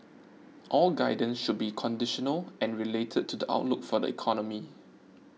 all guidance should be conditional and related to the outlook for the economy